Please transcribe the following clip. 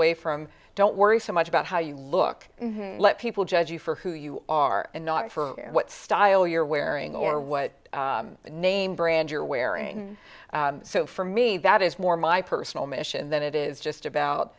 way from don't worry so much about how you look let people judge you for who you are and not for what style you're wearing or what name brand you're wearing so for me that is more my personal mission than it is just about